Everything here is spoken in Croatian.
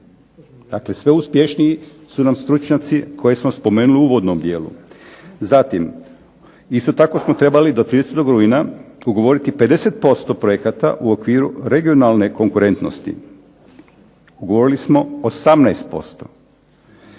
Dakle, sve uspješniji su nam stručnjaci koje smo spomenuli u uvodnom dijelu. Zatim, isto tako smo trebali do 30. rujna ugovoriti 50% projekata u okviru regionalne konkurentnosti. Ugovorili smo 18%.